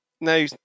No